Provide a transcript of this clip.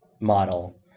model